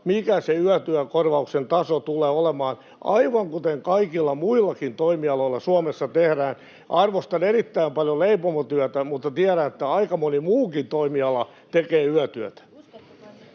mikä se yötyökorvauksen taso tulee olemaan, aivan kuten kaikilla muillakin toimialoilla Suomessa tehdään. Arvostan erittäin paljon leipomotyötä, mutta tiedän, että aika moni muukin toimiala tekee yötyötä.